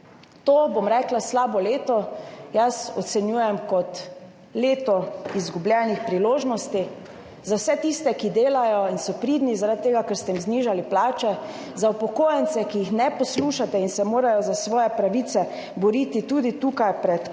To slabo leto jaz ocenjujem kot leto izgubljenih priložnosti za vse tiste, ki delajo in so pridni, zaradi tega, ker ste jim znižali plače, za upokojence, ki jih ne poslušate in se morajo za svoje pravice boriti tudi tukaj pred parlamentom,